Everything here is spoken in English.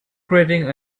creating